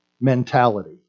mentality